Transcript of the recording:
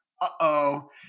uh-oh